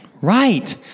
Right